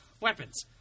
weapons